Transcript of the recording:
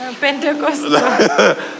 Pentecost